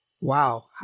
wow